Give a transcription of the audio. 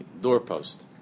doorpost